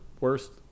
worst